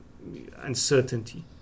uncertainty